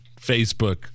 Facebook